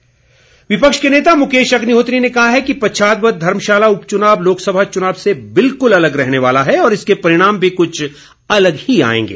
अग्निहोत्री विपक्ष के नेता मुकेश अग्निहोत्री ने कहा है कि पच्छाद व धर्मशाला उपचुनाव लोकसभा चुनाव से बिल्कुल अलग रहने वाला है और इसके परिणाम भी कुछ अलग ही आएंगे